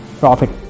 profit